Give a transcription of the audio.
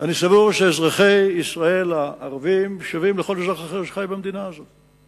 אני סבור שאזרחי ישראל הערבים שווים לכל אזרח אחר שחי במדינה הזאת.